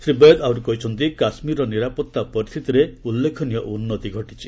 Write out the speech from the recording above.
ଶ୍ରୀ ବୈଦ ଆହୁରି କହିଛନ୍ତି କାଶ୍ମୀରର ନିରାପତ୍ତା ପରିସ୍ଥିତିରେ ଉଲ୍ଲେଖନୀୟ ଉନ୍ନତି ଘଟିଛି